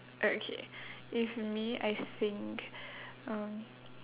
okay if me I think um